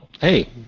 Hey